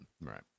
right